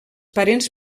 parents